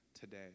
today